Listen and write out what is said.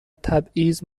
تبعیض